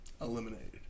eliminated